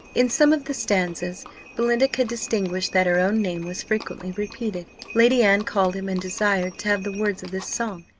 in some of the stanzas belinda could distinguish that her own name was frequently repeated. lady anne called him, and desired to have the words of this song.